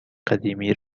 قدیمی